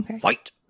Fight